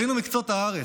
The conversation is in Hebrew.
עלינו מקצות הארץ,